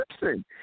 Listen